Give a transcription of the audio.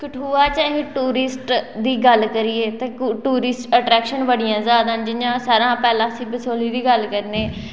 कठुआ च अगर टूरिस्ट दी गल्ल करिए ते टूरिस्ट अट्रेकशन बड़ियां ज्यादा न जियां सारे कोला पैह्ले असी बसोली दी गल्ल करने